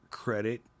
credit